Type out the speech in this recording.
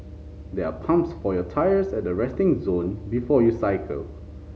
there are pumps for your tyres at the resting zone before you cycle